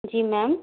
जी ma'am